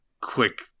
quick